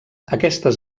aquestes